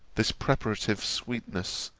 this preparative sweetness,